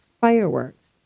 fireworks